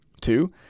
Two